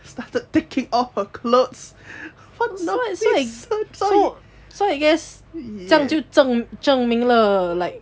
started to kick up her clothes for now as he stood so so I guess some 就证明 lor like